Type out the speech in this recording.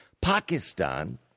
Pakistan